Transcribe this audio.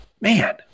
man